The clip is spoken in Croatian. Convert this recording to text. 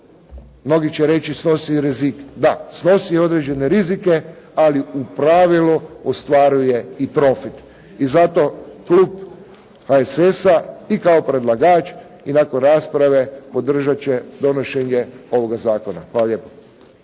mnogi će reći snosi i rizik. Da, snosi određene rizike, ali u pravilu ostvaruje i profit. I zato klub HSS-a i kao predlagač i nakon rasprave podržat će donošenje ovoga zakona. Hvala lijepa.